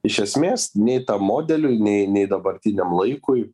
iš esmės nei tam modeliui nei nei dabartiniam laikui